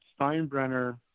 Steinbrenner